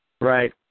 Right